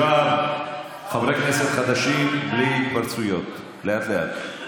יואב, חברי כנסת חדשים, בלי התפרצויות, לאט-לאט.